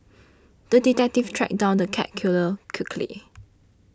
the detective tracked down the cat killer quickly